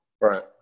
right